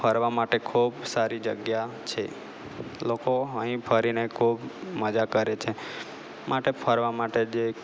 ફરવા માટે ખૂબ સારી જગ્યા છે લોકો અહીં ફરીને ખૂબ મજા કરે છે માટે ફરવા માટે જે